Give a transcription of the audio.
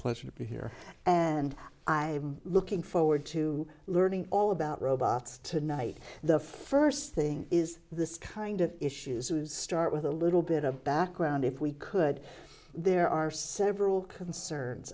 to be here and i am looking forward to learning all about robots tonight the first thing is this kind of issues will start with a little bit of background if we could there are several concerns